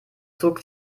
zog